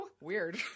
weird